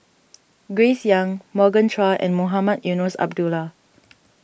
Grace Young Morgan Chua and Mohamed Eunos Abdullah